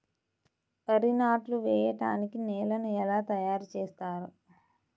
వరి నాట్లు వేయటానికి నేలను ఎలా తయారు చేస్తారు?